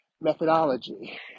methodology